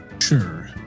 sure